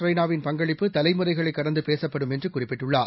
ரெய்னாவின் பங்களிப்பு தலைமுறைகளைகடந்தபேசப்படும் என்றுகுறிப்பிட்டுள்ளார்